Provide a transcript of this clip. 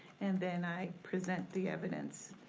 and then i present the evidence.